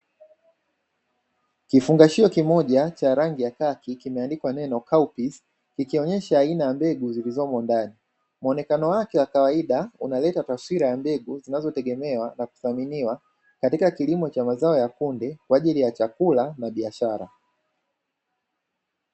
Kifungashio kimoja cha rangi ya khaki kimeandikwa neno "COW PEAS", ikionyesha aina ya mbegu zilizomo ndani, muonekano wake kawaida unaleta taswira ya mbegu zinazotegemewa na kuthaminiwa katika kilimo cha mazao ya kunde, kwa ajili ya chakula na biashara.